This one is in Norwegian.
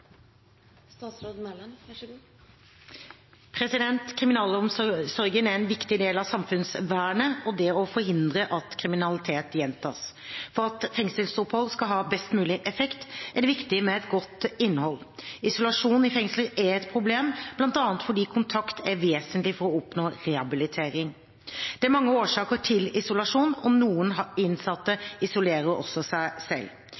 en viktig del av samfunnsvernet og det å forhindre at kriminalitet gjentas. For at fengselsopphold skal ha best mulig effekt, er det viktig med et godt innhold. Isolasjon i fengsler er et problem, bl.a. fordi kontakt er vesentlig for å oppnå rehabilitering. Det er mange årsaker til isolasjon, og noen innsatte isolerer seg selv.